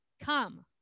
come